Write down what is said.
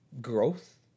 growth